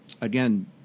again